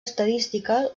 estadística